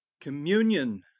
Communion